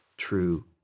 true